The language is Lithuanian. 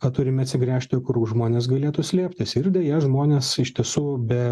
ką turime atsigręžti kur žmonės galėtų slėptis ir deja žmonės iš tiesų be